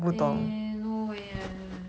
eh no way eh